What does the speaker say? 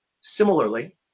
Similarly